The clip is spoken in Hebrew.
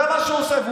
זה מה שהוא עושה.